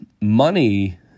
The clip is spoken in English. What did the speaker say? money